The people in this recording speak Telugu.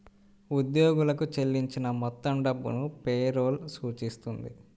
ఉద్యోగులకు చెల్లించిన మొత్తం డబ్బును పే రోల్ సూచిస్తుంది